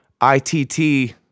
I-T-T